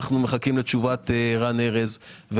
אנו מחכים לתשובת רן ארז.